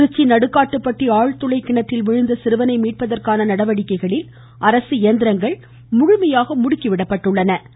திருச்சி நடுக்காட்டுப்பட்டி ஆழ்துளை கிணற்றில் விழுந்த சிறுவனை மீட்பதற்கான நடவடிக்கைகளில் அரசு இயந்திரங்கள் முழுமையாக முடுக்கி விடப்பட்டுள்ளன